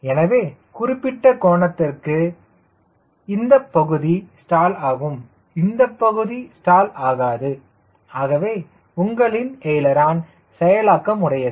எனவே குறிப்பிட்ட கோணத்திற்கு இந்தப் பகுதி ஸ்டால் ஆகும் இந்தப் பகுதி ஸ்டால் ஆகாது ஆகவே உங்களின் எய்லரான் செயலாக்கம் உடையது